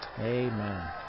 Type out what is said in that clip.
Amen